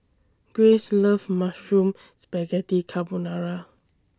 Grayce loves Mushroom Spaghetti Carbonara